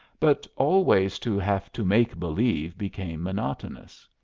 but always to have to make believe became monotonous.